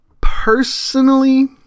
Personally